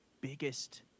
biggest